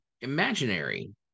Imaginary